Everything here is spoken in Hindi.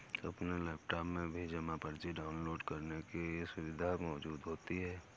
अपने लैपटाप में भी जमा पर्ची डाउनलोड करने की सुविधा मौजूद होती है